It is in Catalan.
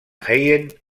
haydn